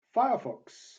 firefox